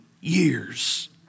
years